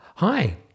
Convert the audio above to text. Hi